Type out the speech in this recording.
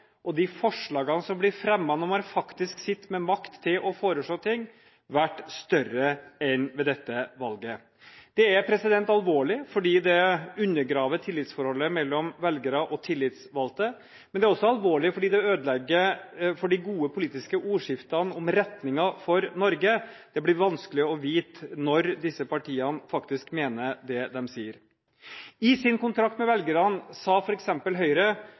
og de forslagene som blir fremmet når man faktisk sitter med makt til å foreslå ting, vært større enn ved dette valget. Det er alvorlig fordi det undergraver tillitsforholdet mellom velgere og tillitsvalgte, men det er også alvorlig fordi det ødelegger for de gode politiske ordskiftene om retningen for Norge. Det blir vanskelig å vite når disse partiene faktisk mener det de sier. I sin kontrakt med velgerne sa f.eks. Høyre